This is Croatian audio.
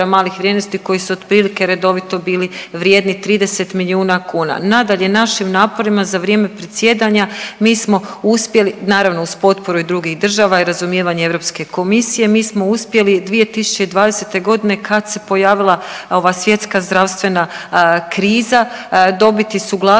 malih vrijednosti koji su otprilike redovito bili vrijedni 30 milijuna kuna. Nadalje, našim naporima za vrijeme predsjedanja mi smo uspjeli, naravno uz potporu i drugih država i razumijevanje Europske komisije, mi smo uspjeli 2020.g. kad se pojavila ova svjetska zdravstvena kriza dobiti suglasnost